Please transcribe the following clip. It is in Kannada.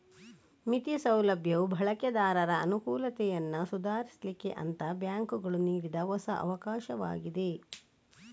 ಮಿತಿ ಸೌಲಭ್ಯವು ಬಳಕೆದಾರರ ಅನುಕೂಲತೆಯನ್ನ ಸುಧಾರಿಸ್ಲಿಕ್ಕೆ ಅಂತ ಬ್ಯಾಂಕುಗಳು ನೀಡಿದ ಹೊಸ ಅವಕಾಶವಾಗಿದೆ